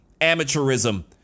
amateurism